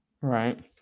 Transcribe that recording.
Right